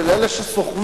של אלה שסוחבים.